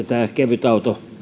tämä kevytauto